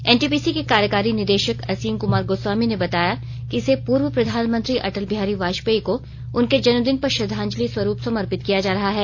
NTPC के कार्यकारी निदेशक असीम कमार गोस्वामी ने बताया कि इसे पूर्व प्रधानमंत्री अटल बिहारी वाजपेयी को उनके जन्मदिन पर श्रद्धांजलि स्वरूप समर्पित किया जा रहा हैं